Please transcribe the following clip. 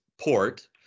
port